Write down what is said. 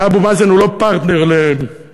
ואבו מאזן הוא לא פרטנר למשא-ומתן,